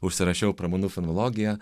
užsirašiau pramanų fenologija